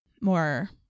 more